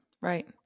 Right